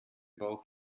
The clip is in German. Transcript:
bauch